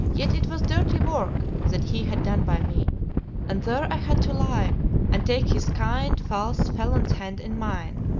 yet it was dirty work that he had done by me and there i had to lie and take his kind, false, felon's hand in mine.